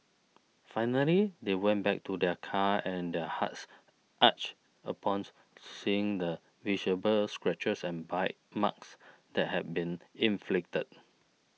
finally they went back to their car and their hearts ached upon seeing the visible scratches and bite marks that had been inflicted